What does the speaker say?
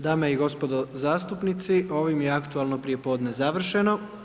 Dame i gospodo zastupnici, ovim je aktualno prijepodne završeno.